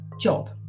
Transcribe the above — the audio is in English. job